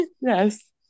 Yes